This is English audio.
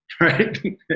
right